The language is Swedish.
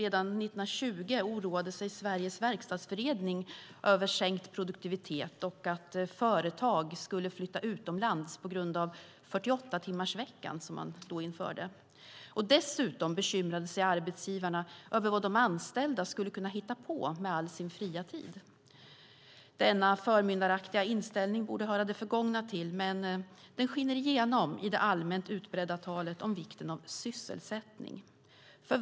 Redan 1920 oroade sig Sveriges Verkstadsförening över sänkt produktivitet och att företag skulle flytta utomlands på grund av 48-timmarsveckan, som man då införde. Dessutom bekymrade sig arbetsgivarna över vad de anställda skulle kunna hitta på med all sin fria tid. Denna förmyndaraktiga inställning borde höra det förgångna till, men den skiner igenom i det allmänt utbredda talet om vikten av sysselsättning.